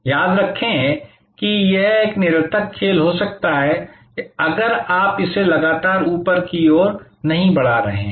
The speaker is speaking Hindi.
याद रखें कि यह एक निरर्थक खेल हो सकता है अगर आप इसे लगातार ऊपर की ओर नहीं बढ़ा रहे हैं